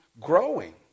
growing